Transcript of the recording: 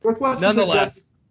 nonetheless